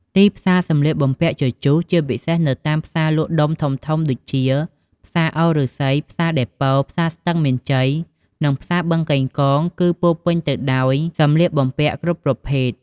ទីផ្សារសម្លៀកបំពាក់ជជុះ ជាពិសេសនៅតាមផ្សារលក់ដុំធំៗដូចជា ផ្សារអូរឫស្សី ផ្សារដេប៉ូ ផ្សារស្ទឹងមានជ័យ និងផ្សារបឹងកេងកង គឺពោរពេញទៅដោយសម្លៀកបំពាក់គ្រប់ប្រភេទ។